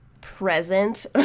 present